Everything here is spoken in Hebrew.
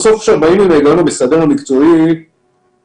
יש מספר עשרות של ניסיונות של כאלה ששלחו נפשם בידם,